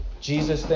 Jesus